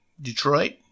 Detroit